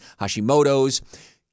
Hashimoto's